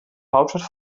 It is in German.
hauptstadt